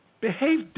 Behave